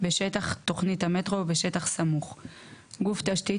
בשטח תוכנית המטרו או בשטח סמוך 87. גוף תשתית